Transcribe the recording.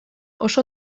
oso